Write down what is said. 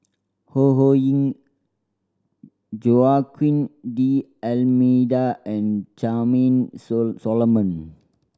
Ho Ho Ying Joaquim D'Almeida and Charmaine Solomon